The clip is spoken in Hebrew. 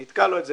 נתקע לו את זה.